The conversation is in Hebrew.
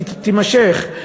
תימשך,